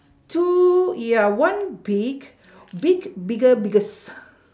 two yeah one big big bigger biggest